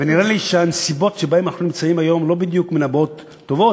ונראה לי שהנסיבות שבהן אנחנו נמצאים היום לא בדיוק מנבאות טובות.